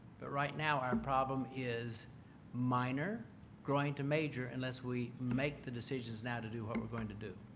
but right now our problem is minor growing to major unless we make the decisions now to do what we're going to do.